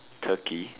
Turkey